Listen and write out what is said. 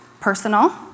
personal